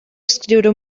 escriure